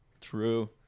True